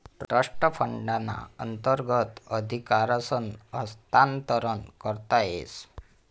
trust फंडना अंतर्गत अधिकारसनं हस्तांतरण करता येस